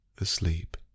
asleep